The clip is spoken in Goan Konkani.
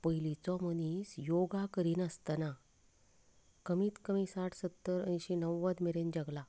पयलींचो मनीस योगा करिनासतना कमीत कमी साठ सत्तर अयशीं णव्वद मेरेन जगला